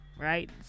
Right